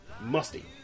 Musty